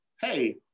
hey